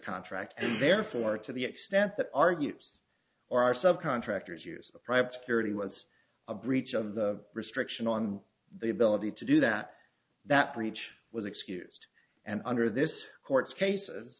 contract and therefore to the extent that argues or our subcontractors use private security was a breach of the restriction on the ability to do that that breach was excused and under this court's cases